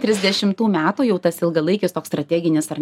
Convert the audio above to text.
trisdešimtų metų jau tas ilgalaikis toks strateginis ar